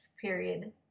period